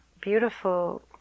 beautiful